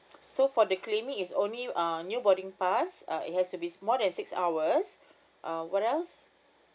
so for the claiming is only uh new boarding pass uh it has to be more than six hours uh what else